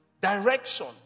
Direction